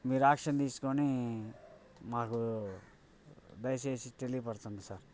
మీరు యాక్షన్ తీసుకొని మాకు దయచేసి తెలియపరచండి సార్